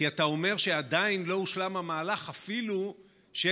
כי אתה אומר שעדיין לא הושלם המהלך, אפילו של